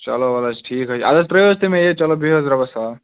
چلو وَل حظ ٹھیٖک حظ چھُ اَدٕ حظ ترٛٲیِو حظ تُہۍ مےٚ یہِ چلو بیٚہِو حظ رۄبَس حَوالہٕ